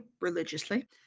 religiously